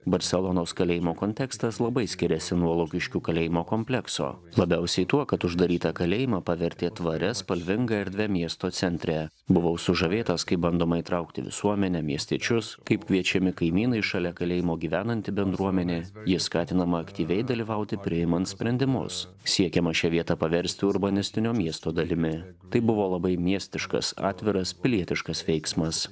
barselonos kalėjimo kontekstas labai skiriasi nuo lukiškių kalėjimo komplekso labiausiai tuo kad uždarytą kalėjimą pavertė tvaria spalvinga erdve miesto centre buvau sužavėtas kaip bandoma įtraukti visuomenę miestiečius kaip kviečiami kaimynai šalia kalėjimo gyvenanti bendruomenė ji skatinama aktyviai dalyvauti priimant sprendimus siekiama šią vietą paversti urbanistinio miesto dalimi tai buvo labai miestiškas atviras pilietiškas veiksmas